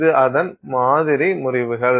இது அதன் மாதிரி முறிவுகள்